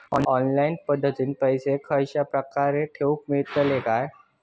Online पद्धतीन पैसे कश्या प्रकारे ठेऊक मेळतले काय?